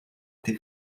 été